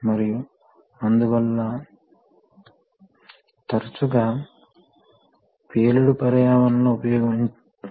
కాబట్టి ఉపశమన స్థాయిని ప్రోగ్రామ్ చేయవచ్చు కాబట్టి పైలట్ ఆపరేటెడ్ రీడింగ్ వాల్వ్ లను ఉపయోగించి ఇలాంటివి చేయవచ్చు